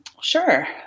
Sure